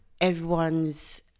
everyone's